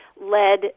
led